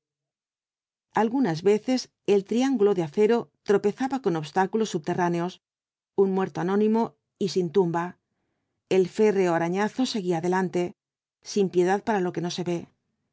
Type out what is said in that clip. algunas veces el triángulo de acero tropezaba con obstáculos subterráneos un muerto anónimo y sin tumba el férreo arañazo seguía adelante sin piedad para lo que no se ve